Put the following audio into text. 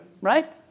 Right